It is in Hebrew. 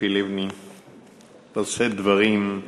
ציפי לבני לשאת דברים.